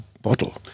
bottle